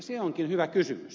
se onkin hyvä kysymys